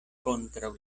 kontraŭ